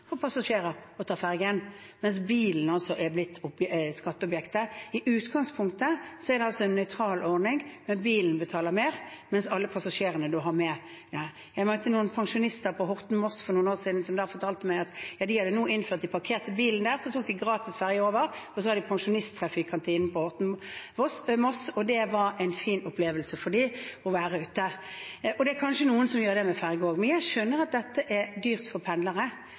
å ta ferjen, mens bilen er blitt skatteobjektet. I utgangspunktet er det altså en nøytral ordning, der bilen betaler mer, mens alle passasjerene man har med, ikke betaler. Jeg møtte noen pensjonister på ferjestrekningen Horten–Moss for noen år siden som fortalte meg at de nå hadde innført at de parkerte bilen i Horten, så tok de gratis ferje over og hadde pensjonisttreff i kantinen på båten til Moss. Det var en fin opplevelse for dem å være ute. Jeg skjønner at dette er dyrt for pendlere, men jeg er opptatt av at disse løsningene bør vi finne når vi behandler statsbudsjettet. Også på riksveier vil det være noen områder der det er